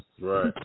Right